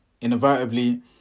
inevitably